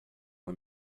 uma